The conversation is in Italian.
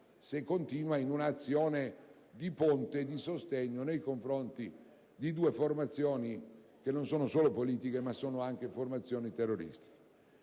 se continua in una azione di ponte e di sostegno nei confronti di due formazioni che non sono solo politiche ma anche terroristiche.